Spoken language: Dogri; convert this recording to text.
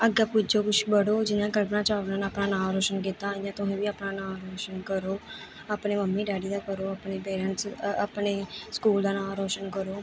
अग्गें पुज्जो कुछ बढ़ो जियां कल्पना चावला ने नांऽ रोशन कीता इ'यां तुहें बी अपना नांऽ रोशन करो अपने मम्मी डैडी दा करो अपने पेरेंट्स अपने स्कूल दा नांऽ रोशन करो